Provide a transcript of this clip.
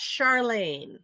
Charlene